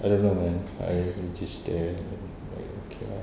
I don't know man I just there like okay lah